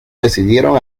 decidieron